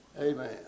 Amen